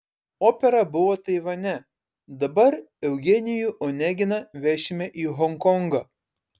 opera buvo taivane dabar eugenijų oneginą vešime į honkongą